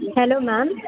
hello ma'am